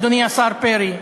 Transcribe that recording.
אדוני השר פרי,